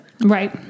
Right